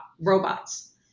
robots